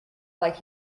like